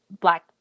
Black